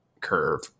curve